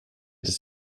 des